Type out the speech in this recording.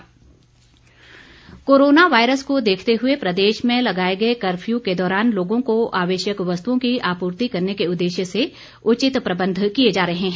home delivery corona virus को देखते हुए प्रदेश में लगाए गए कर्फ्य के दौरान लोगों को आवश्यक वस्तुओं की आपूर्ति करने के उद्देश्य से उचित प्रबंध किए जा रहें है